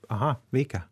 aha veikia